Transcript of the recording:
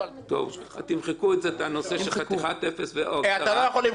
אתה לא יכול למחוק את זה.